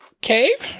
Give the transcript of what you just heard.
cave